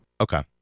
Okay